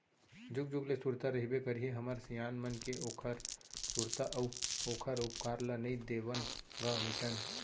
जुग जुग ले सुरता रहिबे करही हमर सियान मन के ओखर सुरता अउ ओखर उपकार ल नइ देवन ग मिटन